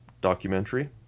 documentary